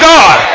God